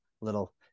little